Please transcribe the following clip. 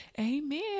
amen